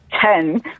ten